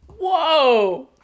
Whoa